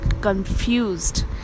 confused